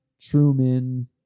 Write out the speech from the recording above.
Truman